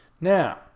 Now